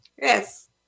Yes